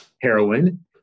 heroin